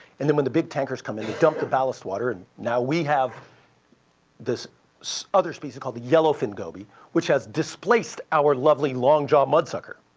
and then when the big tankers come in, they dump the ballast water. and now we have this so other species called the yellowfin goby, which has displaced our lovely longjaw mudsucker